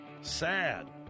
Sad